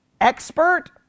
expert